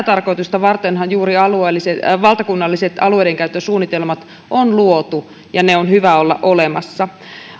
tarkoitusta vartenhan juuri valtakunnalliset alueidenkäytön suunnitelmat on luotu ja ne on hyvä olla olemassa